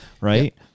Right